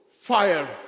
fire